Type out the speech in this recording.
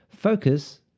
Focus